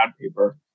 paper